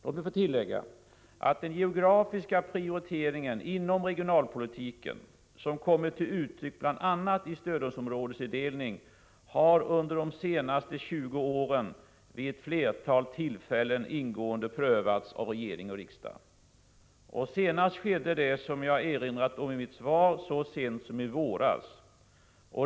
Låt mig få tillägga att den geografiska prioriteringen inom regionalpolitiken, som kommit till uttryck bl.a. i stödområdesindelningen, under de senaste 20 åren vid ett flertal tillfällen har ingående prövats av regering och riksdag. Senast skedde det, som jag erinrat om i mitt svar, så sent som i våras.